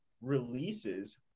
releases